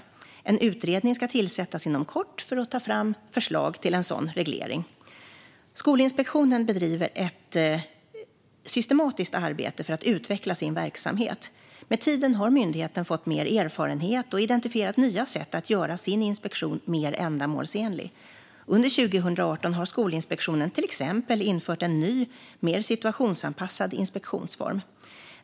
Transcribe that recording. En utredning ska tillsättas inom kort för att ta fram förslag till en sådan reglering. Skolinspektionen bedriver ett systematiskt arbete för att utveckla sin verksamhet. Med tiden har myndigheten fått mer erfarenhet och identifierat nya sätt att göra sin inspektion mer ändamålsenlig. Under 2018 har Skolinspektionen till exempel infört en ny mer situationsanpassad inspektionsform.